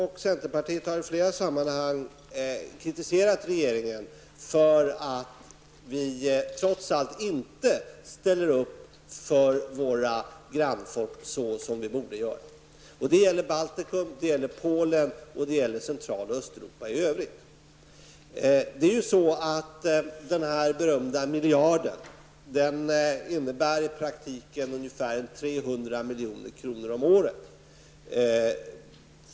Centerpartiet har i flera sammanhang kritiserat regeringen för att vi trots allt inte ställer upp för våra grannfolk så som vi borde göra. Det gäller Den berömda miljarden innebär i praktiken ungefär 300 milj.kr. om året.